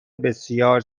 بسیار